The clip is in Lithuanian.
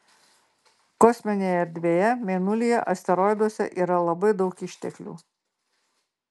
kosminėje erdvėje mėnulyje asteroiduose yra labai daug išteklių